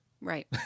Right